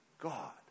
God